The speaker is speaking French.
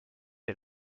est